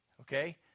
Okay